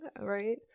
Right